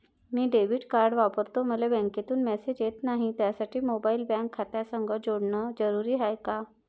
मी debit card वापरतो मले बँकेतून मॅसेज येत नाही, त्यासाठी मोबाईल बँक खात्यासंग जोडनं जरुरी हाय का?